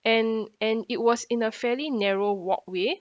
and and it was in a fairly narrow walkway